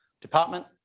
department